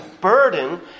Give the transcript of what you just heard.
burden